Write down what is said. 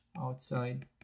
outside